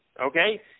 okay